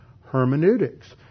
hermeneutics